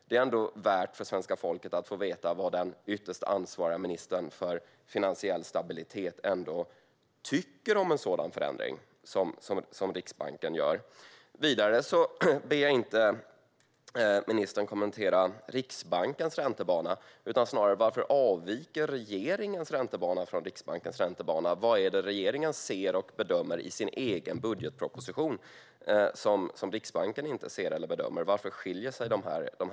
Det är värt för svenska folket att få veta vad den ytterst ansvariga ministern för finansiell stabilitet ändå tycker om en sådan förändring som Riksbanken gör. Vidare ber jag inte ministern kommentera Riksbankens räntebana utan snarare: Varför avviker regeringens räntebana från Riksbankens räntebana? Vad är det regeringens ser och bedömer i sin egen budgetproposition som Riksbanken inte ser eller bedömer? Varför skiljer sig siffrorna åt?